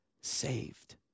saved